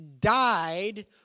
died